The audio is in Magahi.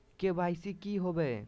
के.वाई.सी की होबो है?